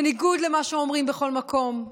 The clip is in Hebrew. בניגוד למה שאומרים בכל מקום,